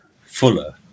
fuller